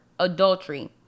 Adultery